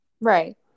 Right